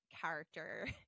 character